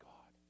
God